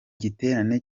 giterane